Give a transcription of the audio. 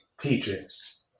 Patriots